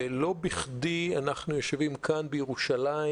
ולא בכדי אנחנו יושבים כאן, בירושלים,